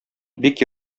бик